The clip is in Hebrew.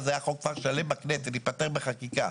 אז היה חוק כפר שלם בכנסת, ייפתר בחקיקה.